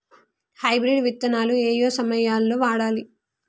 Hybrid విత్తనాలు ఏయే సమయాల్లో వాడాలి?